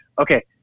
okay